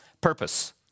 purpose